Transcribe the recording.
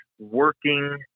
working